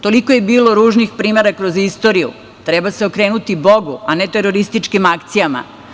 Toliko je bilo ružnih primera kroz istoriju, treba se okrenuti Bogu a ne terorističkim akcijama.